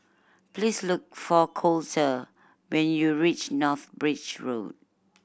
please look for Colter when you reach North Bridge Road